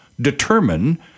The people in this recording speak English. determine